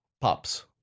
Pops